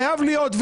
חייב להיות,